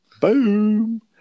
boom